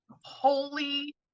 holy